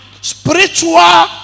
spiritual